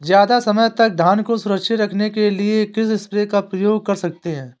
ज़्यादा समय तक धान को सुरक्षित रखने के लिए किस स्प्रे का प्रयोग कर सकते हैं?